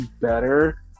better